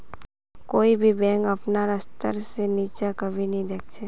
कोई भी बैंक अपनार स्तर से नीचा कभी नी दख छे